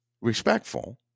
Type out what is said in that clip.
Respectful